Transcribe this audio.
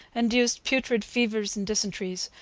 induced putrid fevers and dyssentrys,